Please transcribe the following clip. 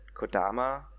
Kodama